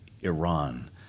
Iran